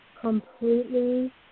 completely